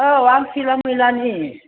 औ आं खैला मैलानि